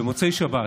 במוצאי שבת.